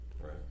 Right